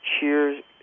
cheers